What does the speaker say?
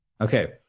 Okay